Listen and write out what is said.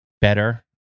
better